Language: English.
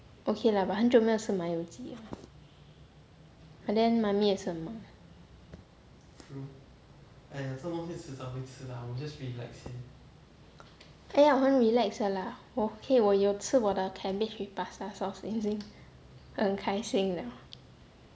okay lah but 很久没有吃麻油鸡 liao and then mummy 也是很忙 !aiya! 我很 relax 的 lah 我 okay 我有吃我的 cabbage with pasta sauce 已经很开心 liao